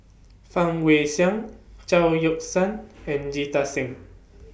Fang Guixiang Chao Yoke San and Jita Singh